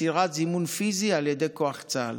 מסירת זימון פיזי על ידי כוח צה"ל.